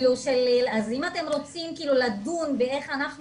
אז אם אתם רוצים לדון באיך אנחנו